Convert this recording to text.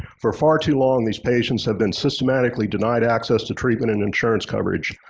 for far too long, these patients have been systematically denied access to treatment and insurance coverage.